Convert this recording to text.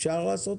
אפשר לעשות את זה?